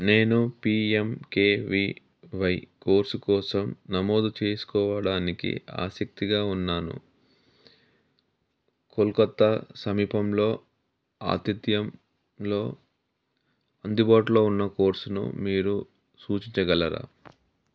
నేను P M K V Y course కోసం నమోదు చేసుకోవడానికి ఆసక్తిగా ఉన్నాను కోల్కత్తా సమీపంలో ఆతిథ్యంలో అందుబాటులో ఉన్న కోర్సును మీరు సూచించగలరా